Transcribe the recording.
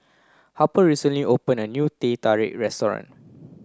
Harper recently opened a new Teh Tarik restaurant